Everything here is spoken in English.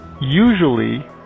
usually